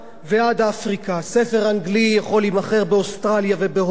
ספר אנגלי יכול להימכר באוסטרליה ובהודו ובצפון-אמריקה ובניו-זילנד.